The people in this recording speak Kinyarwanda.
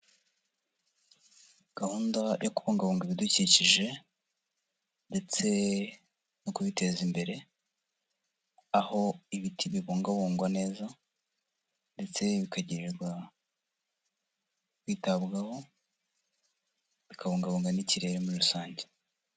Gahunda yo kubungabunga ibidukikije ndetse no kubiteza imbere, aho ibiti bibungabungwa neza ndetse bikagirirwa kwitabwaho, bikabungabunga n'ikirere muri rusange.